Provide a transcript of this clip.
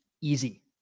easy